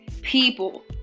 people